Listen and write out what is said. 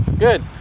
Good